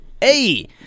Hey